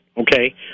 okay